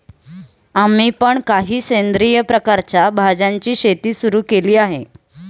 आम्ही पण काही सेंद्रिय प्रकारच्या भाज्यांची शेती सुरू केली आहे